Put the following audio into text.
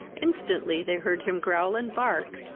instantly they heard him growl and bark,